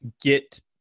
get